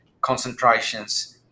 concentrations